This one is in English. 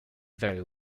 very